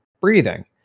breathing